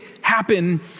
happen